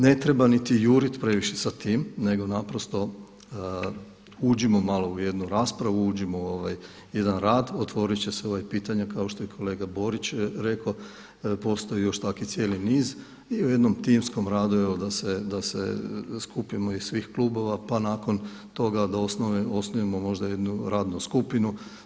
Ne treba niti juriti previše sa tim nego naprosto uđimo malo u jednu raspravu, uđimo malo u jedan rad, otvorit će se pitanja kao što je kolega Borić rekao, postoji još takav cijeli niz i u jednom timskom radu da se skupimo iz svih klubova pa nakon toga da osnujemo možda jednu radnu skupinu.